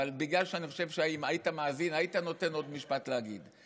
אבל בגלל שאני חושב שאם היית מאזין היית נותן עוד משפט להגיד.